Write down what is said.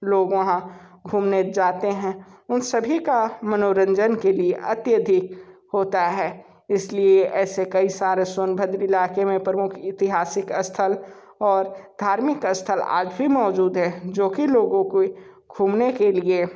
लोग वहाँ घूमने जाते हैं उन सभी का मनोरंजन के लिए अत्यधिक होता है इस लिए ऐसे कई सारे सोनभद्र इलाक़े में प्रमुख ऐतिहासिक स्थल और धार्मिक स्थल आज भी मौजूद है जो कि लोगों के घूमने के लिए